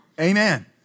Amen